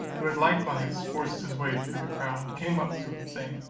who had likewise forced his way through the crowd, came up to him, saying,